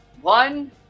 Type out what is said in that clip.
One